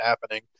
happening